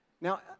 Now